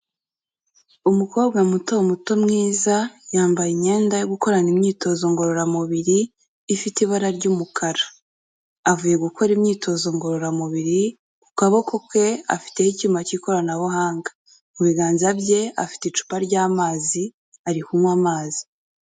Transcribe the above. Umukobwa muto muto mwiza, yambaye imyenda yo gukorana imyitozo ngororamubiri, ifite ibara ry'umukara. Avuye gukora imyitozo ngororamubiri, ku kaboko ke afiteho icyuma cy'ikoranabuhanga. Mu biganza bye afite icupa ry'amazi ari kunywa amazi.